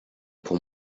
pour